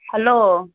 hello